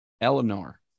Eleanor